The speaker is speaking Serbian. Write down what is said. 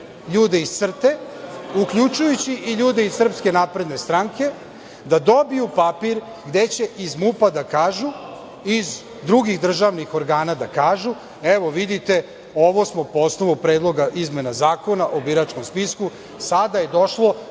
ljude iz CRTA-e, uključujući i ljude iz SNS da dobiju papir gde će iz MUP-a i iz drugih državnih organa da kažu – evo, vidite, ovo smo po osnovu predloga izmena Zakona o biračkom spisku. Sada je došlo